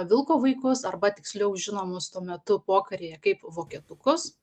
vilko vaikus arba tiksliau žinomus tuo metu pokaryje kaip vokietukus